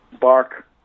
Bark